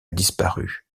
disparu